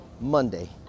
Monday